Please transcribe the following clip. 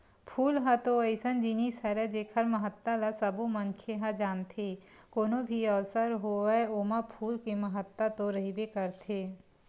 फूल ह तो अइसन जिनिस हरय जेखर महत्ता ल सबो मनखे ह जानथे, कोनो भी अवसर होवय ओमा फूल के महत्ता तो रहिबे करथे